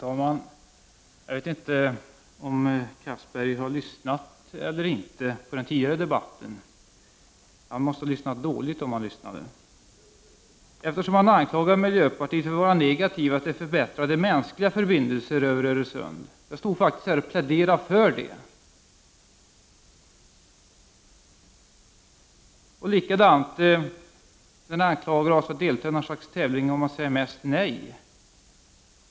Herr talman! Jag vet inte om Anders Castberger har lyssnat eller ej på den tidigare debatten. Om han lyssnade måste han i så fall ha lyssnat dåligt, eftersom han anklagat miljöpartiet för att vara negativt till förbättrade mänskliga förbindelser över Öresund. Jag stod faktiskt här i talarstolen och pläderade för det. Likaså anklagar Anders Castberger miljöpartiet för att delta i något slags tävling i att säga mest nej.